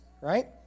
right